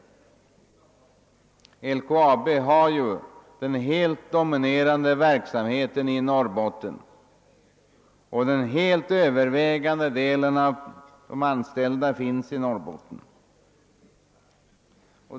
LKAB har ju den helt dominerande verksamheten förlagd till Norrbotten, och den helt övervägande delen av de anställda finns där.